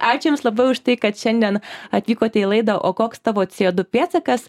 ačiū jums labiau už tai kad šiandien atvykote į laidą o koks tavo co du pėdsakas